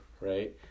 right